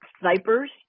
snipers